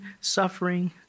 suffering